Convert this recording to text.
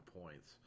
points